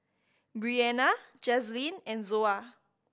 Breanna Jazlyn and Zoa